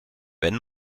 wenn